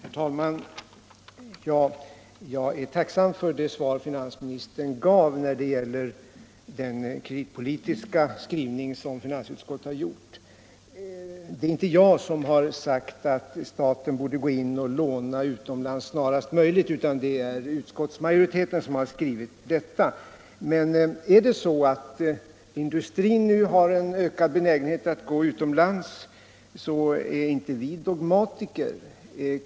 Herr talman! Jag är tacksam för det svar finansministern gav när det gäller den kreditpolitiska skrivning som finansutskottet har gjort. Det är inte jag som sagt att staten borde låna utomlands snarast möjligt, utan det är utskottsmajoriteten som skrivit detta. Men är det så att industrin nu har en ökad benägenhet att gå utomlands är inte vi dogmatiker.